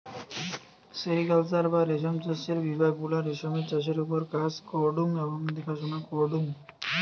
sericulture বা রেশম চাষের বিভাগ গুলা রেশমের চাষের ওপর কাজ করঢু এবং দেখাশোনা করঢু